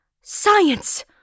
Science